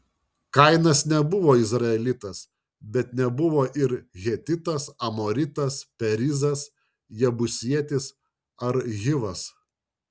kainas nebuvo izraelitas bet nebuvo ir hetitas amoritas perizas jebusietis ar hivas